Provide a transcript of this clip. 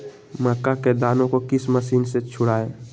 मक्का के दानो को किस मशीन से छुड़ाए?